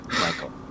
Michael